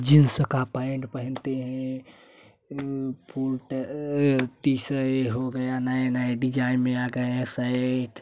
jeans का pant पहनते हैं उ पुट टिसए हो गया नया नया डिज़ाइन में आ गये हैं सएट